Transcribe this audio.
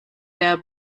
der